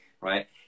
Right